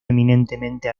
eminentemente